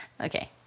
okay